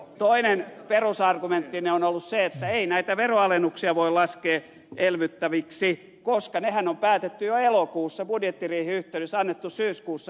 toinen perusargumenttinne on ollut se ettei näitä veronalennuksia voi laskea elvyttäviksi koska nehän on päätetty jo elokuussa budjettiriihen yhteydessä annettu syyskuussa eduskuntaan